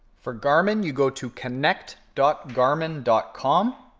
for garmin, you go to connect dot garmin dot com.